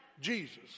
Jesus